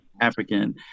African